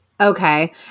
Okay